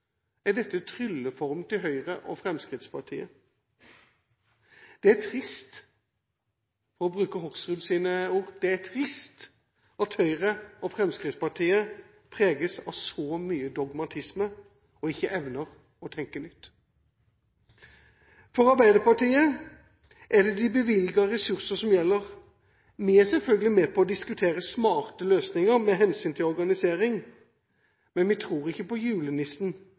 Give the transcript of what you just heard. er dette trylleformelen til Høyre og Fremskrittspartiet. Det er trist – for å bruke Hoksruds ord – at Høyre og Fremskrittspartiet preges av så mye dogmatisme og ikke evner å tenke nytt. For Arbeiderpartiet er det de bevilgede ressurser som gjelder. Vi er selvfølgelig med på å diskutere smarte løsninger med hensyn til organisering, men vi tror ikke på julenissen,